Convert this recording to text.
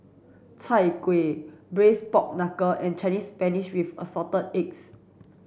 Chai Kueh braised pork knuckle and Chinese spinach with assorted eggs